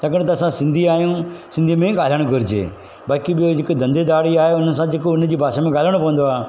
छाकाणि त असां सिंधी आहियूं सिंधीअ में ॻाल्हाइणु घुरिजे बाक़ी ॿियो जेको धंधेदारी आहे हुन सां जेको हुन जी भाषा में ॻाल्हाइणो पवंदो आहे